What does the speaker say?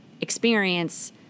experience